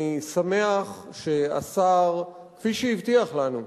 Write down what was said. אני שמח שהשר, כפי שהבטיח לנו,